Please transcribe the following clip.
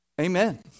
Amen